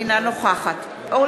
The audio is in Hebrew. אינה נוכחת מיקי לוי,